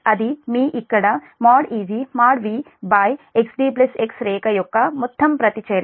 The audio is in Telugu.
అది మీ ఇక్కడ| Eg ||V|xdx రేఖ యొక్క మొత్తం ప్రతిచర్య